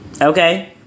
Okay